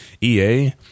EA